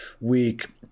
week